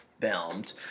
filmed